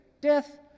death